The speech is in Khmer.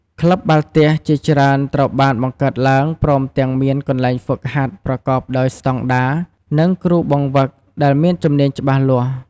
ក្លឹបបាល់ទះជាច្រើនត្រូវបានបង្កើតឡើង ព្រមទាំងមានកន្លែងហ្វឹកហាត់ប្រកបដោយស្តង់ដារ និងគ្រូបង្វឹកដែលមានជំនាញច្បាស់លាស់។